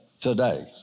today